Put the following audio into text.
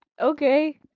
Okay